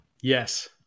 Yes